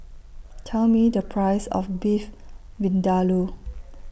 Tell Me The Price of Beef Vindaloo